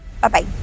Bye-bye